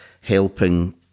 helping